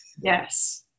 Yes